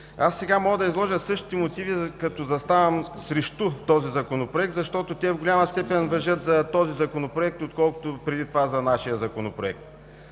Сега мога да изложа същите мотиви, като заставам срещу този Законопроект, защото те в голяма степен важат за него, отколкото преди това за нашия Законопроект.